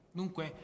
dunque